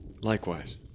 Likewise